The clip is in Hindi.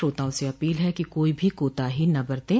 श्रोताओं से अपील है कि कोई भी कोताही न बरतें